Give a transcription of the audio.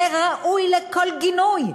זה ראוי לכל גינוי,